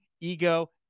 Ego